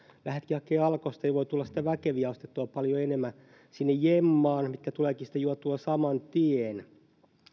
lähdetkin hakemaan alkosta niin voi tulla sitten ostettua paljon enemmän sinne jemmaan väkeviä mitkä tuleekin sitten juotua saman tien